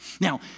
Now